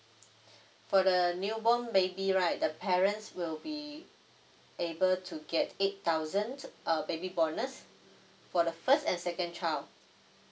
for the newborn baby right the parents will be able to get eight thousand uh baby bonus for the first and second child